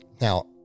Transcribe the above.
Now